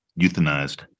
euthanized